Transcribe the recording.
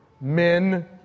men